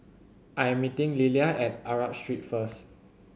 I am meeting Lilia at Arab Street first